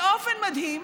באופן מדהים,